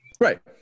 Right